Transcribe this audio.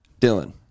dylan